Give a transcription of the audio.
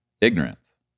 ignorance